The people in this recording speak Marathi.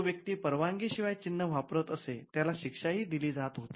जो व्यक्ती परवानगी शिवाय चिन्ह वापरात असे त्याला शिक्षा दिली जात होती